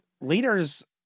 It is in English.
leaders